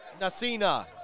Nasina